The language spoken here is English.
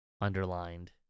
underlined